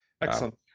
Excellent